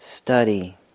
study